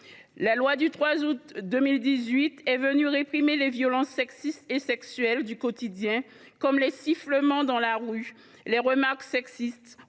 La loi du 3 août 2018 est venue réprimer les violences sexistes et sexuelles du quotidien, comme les sifflements dans la rue, les remarques sexistes